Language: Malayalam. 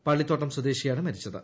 പള്ളിത്തോട്ടം സ്വദേശിയാണ് മരിച്ചത്